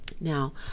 Now